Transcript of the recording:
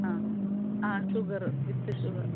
ആ ആ sugar with sugar